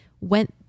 went